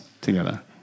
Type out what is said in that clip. together